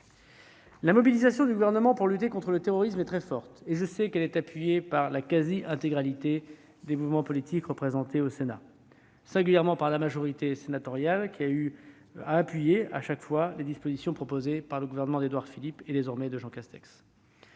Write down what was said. La mobilisation du Gouvernement pour lutter contre le terrorisme est très forte, et je sais qu'elle est soutenue par la quasi-intégralité des mouvements politiques représentés au Sénat, singulièrement par la majorité sénatoriale qui a, chaque fois, apporté son soutien aux dispositions proposées par le gouvernement d'Édouard Philippe, puis celui de Jean Castex.